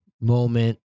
moment